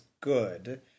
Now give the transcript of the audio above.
good